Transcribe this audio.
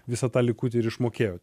visą tą likutį ir išmokėjo tai